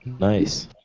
Nice